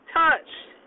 touched